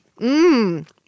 Mmm